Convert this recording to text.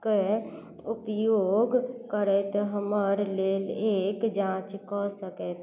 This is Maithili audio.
कय उपयोग करैत हमरा लेल एकरा जाँच कऽ सकैत छी